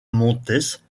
montes